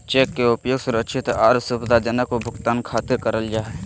cheque के उपयोग सुरक्षित आर सुविधाजनक भुगतान खातिर करल जा हय